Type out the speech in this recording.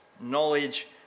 knowledge